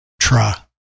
tra